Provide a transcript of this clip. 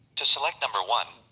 to select number one,